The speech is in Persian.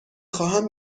خواهم